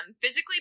physically